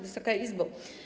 Wysoka Izbo!